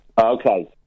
Okay